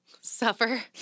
Suffer